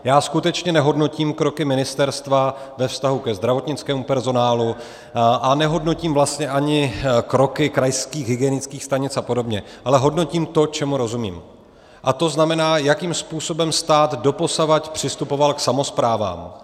Já skutečně nehodnotím kroky ministerstva ve vztahu ke zdravotnickému personálu a nehodnotím vlastně ani kroky krajských hygienických stanic apod., ale hodnotím to, čemu rozumím, to znamená, jakým způsobem stát doposud přistupoval k samosprávám.